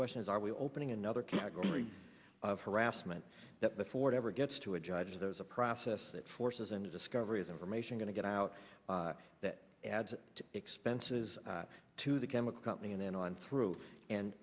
question is are we opening another category of harassment that before it ever gets to a judge there's a process that forces them to discovery is information going to get out that adds expenses to the chemical company and then on through and